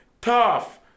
Tough